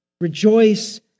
Rejoice